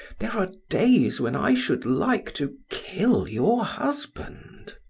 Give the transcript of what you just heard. there are days when i should like to kill your husband.